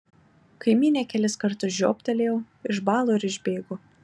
kaimynė kelis kartus žiobtelėjo išbalo ir išbėgo